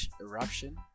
eruption